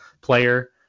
player